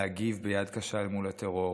להגיב ביד קשה אל מול הטרור,